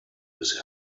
his